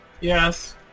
Yes